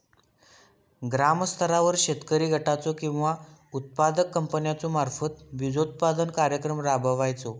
ग्रामस्तरावर शेतकरी गटाचो किंवा उत्पादक कंपन्याचो मार्फत बिजोत्पादन कार्यक्रम राबायचो?